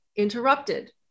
interrupted